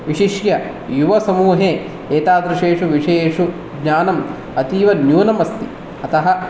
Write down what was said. विशिष्य युवसमूहे एतादृशेषु विषयेषु ज्ञानम् अतीव न्यूनमस्ति अतः